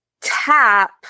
tap